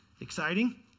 exciting